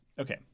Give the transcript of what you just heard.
Okay